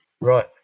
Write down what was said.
Right